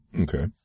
Okay